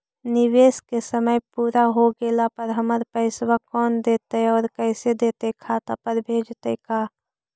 निवेश के समय पुरा हो गेला पर हमर पैसबा कोन देतै और कैसे देतै खाता पर भेजतै का?